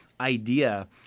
idea